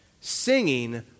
Singing